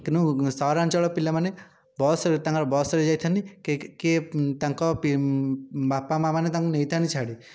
କିନ୍ତୁ ସହରାଞ୍ଚଳ ପିଲାମାନେ ବସ୍ରେ ତାଙ୍କର ବସ୍ରେ ଯାଇଥାଆନ୍ତି କି କିଏ ତାଙ୍କ ବାପା ମା'ମାନେ ତାଙ୍କୁ ନେଇଥାନ୍ତି ଛାଡ଼ି